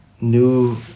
new